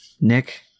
Nick